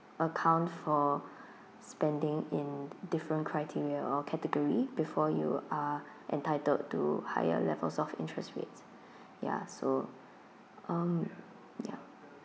account for spending in different criteria or category before you uh entitled to higher levels of interest rates ya so um ya